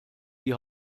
die